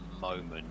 moment